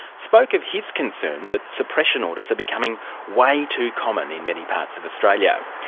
spoke of his concern that suppression orders are becoming way too common in many parts of australia.